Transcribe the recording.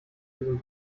diesem